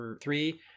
three